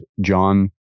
John